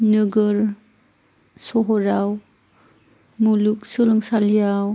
नोगोर सोहोराव मुलुगसोलोंसालियाव